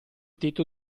tetto